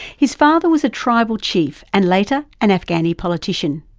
his father was a tribal chief and later an afghani politician.